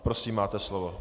Prosím, máte slovo.